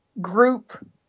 group